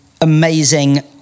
amazing